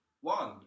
one